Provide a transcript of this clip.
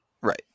Right